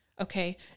Okay